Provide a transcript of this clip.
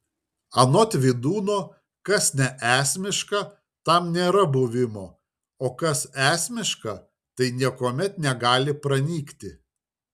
anot vydūno kas neesmiška tam nėra buvimo o kas esmiška tai niekuomet negali pranykti